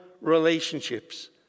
relationships